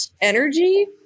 energy